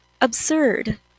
absurd